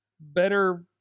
better